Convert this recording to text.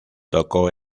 tocó